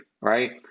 right